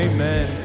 Amen